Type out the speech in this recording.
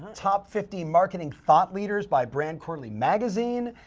and top fifty marketing thought leaders by brand quarterly magazine.